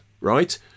Right